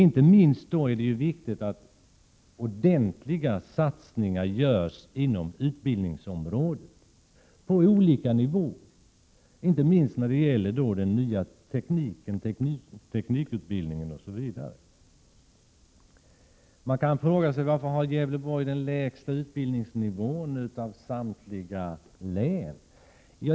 I synnerhet är det då viktigt att ordentliga satsningar på olika nivåer görs inom utbildningsområdet, särskilt när det gäller den nya teknikutbildningen. Man kan fråga sig: Varför har Gävleborgs län den lägsta utbildningsnivån av samtliga län?